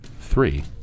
three